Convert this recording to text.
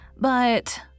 But